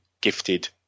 gifted